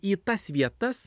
į tas vietas